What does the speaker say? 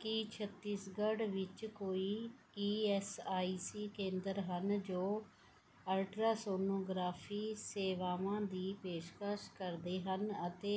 ਕੀ ਛੱਤੀਸਗੜ੍ਹ ਵਿੱਚ ਕੋਈ E S I C ਕੇਂਦਰ ਹਨ ਜੋ ਅਲਟਰਾਸੋਨੋਗ੍ਰਾਫੀ ਸੇਵਾਵਾਂ ਦੀ ਪੇਸ਼ਕਸ਼ ਕਰਦੇ ਹਨ ਅਤੇ